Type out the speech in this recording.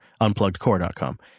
unpluggedcore.com